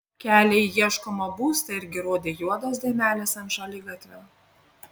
kelią į ieškomą būstą irgi rodė juodos dėmelės ant šaligatvio